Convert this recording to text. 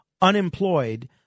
unemployed